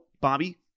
Bobby